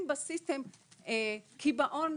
בסיסטם קיבעון,